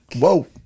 Whoa